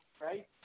right